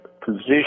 position